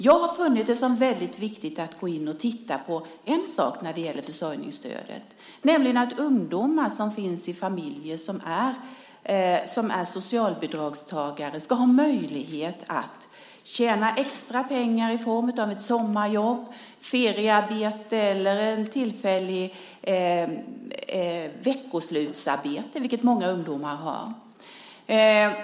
Jag har funnit att det är väldigt viktigt att gå in och titta på en sak när det gäller försörjningsstödet, nämligen att ungdomar som finns i familjer som är socialbidragstagare ska ha möjlighet att tjäna extra pengar i form av ett sommarjobb, feriearbete eller ett tillfälligt veckoslutsarbete, vilket många ungdomar har.